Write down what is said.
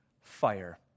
fire